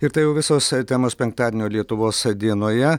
ir tai jau visos temos penktadienio lietuvos dienoje